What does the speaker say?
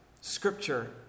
scripture